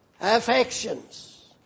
affections